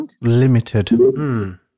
Limited